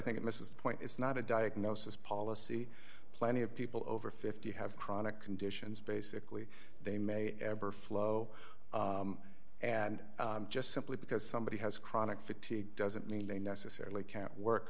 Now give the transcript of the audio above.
think it misses the point it's not a diagnosis policy plenty of people over fifty have chronic conditions basically they may ever flow and just simply because somebody has chronic fatigue doesn't mean they necessarily can't work